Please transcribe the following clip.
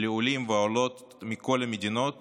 לעולים ולעולות מכל המדינות